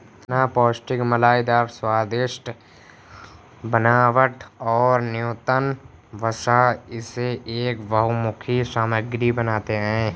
चना पौष्टिक मलाईदार स्वाद, दृढ़ बनावट और न्यूनतम वसा इसे एक बहुमुखी सामग्री बनाते है